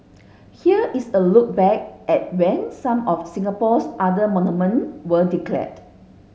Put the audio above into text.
here is a look back at when some of Singapore's other monument were declared